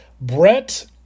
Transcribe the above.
Brett